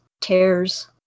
tears